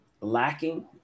lacking